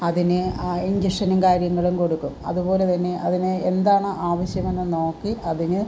അതിന് ഇഞ്ചക്ഷനും കാര്യങ്ങളും കൊടുക്കും അതുപോലെ തന്നെ അതിനെ എന്താണോ ആവശ്യമെന്ന് നോക്കി അതിന്